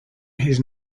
his